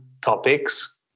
topics